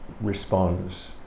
responds